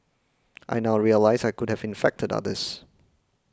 I now realise I could have infected others